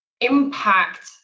impact